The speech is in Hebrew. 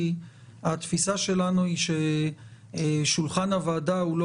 התפיסה שלנו היא ששולחן הוועדה הוא לא